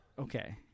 Okay